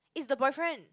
it's the boyfriend